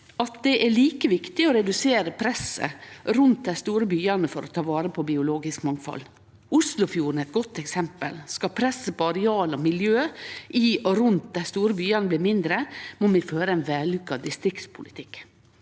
at det er like viktig å redusere presset rundt dei store byane for å ta vare på biologisk mangfald. Oslofjorden er eit godt eksempel. Skal presset på areal og miljø i og rundt dei store byane bli mindre, må vi føre ein vellukka distriktspolitikk.